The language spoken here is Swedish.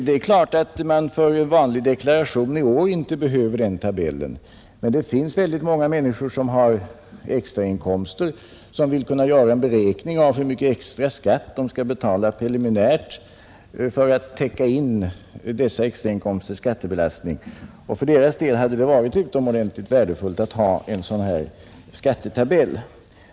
Det är klart att man för en vanlig deklaration i år inte behöver den tabellen, men det finns väldigt många människor som har extrainkomster och som vill kunna göra en beräkning av hur mycket extra skatt de skall betala preliminärt för att täcka in dessa extrainkomsters skattebelastning. För deras del hade det varit utomordentligt värdefullt att ha en sådan här skattetabell.